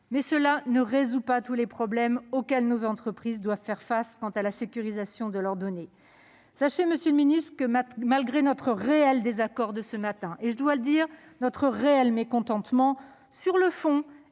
cela ne résout pas tous les problèmes auxquels nos entreprises doivent faire face quant à la sécurisation de leurs données. Monsieur le secrétaire d'État, malgré notre réel désaccord de ce matin et, je dois le dire, notre réel mécontentement sur le fond